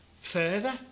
further